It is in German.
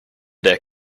der